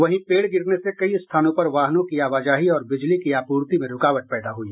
वहीं पेड़ गिरने से कई स्थानों पर वाहनों की आवाजाही और बिजली की आपूर्ति में रूकावट पैदा हुई